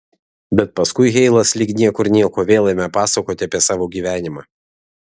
bet paskui heilas lyg niekur nieko vėl ėmė pasakoti apie savo gyvenimą